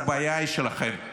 הבעיה היא שלכם.